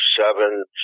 seven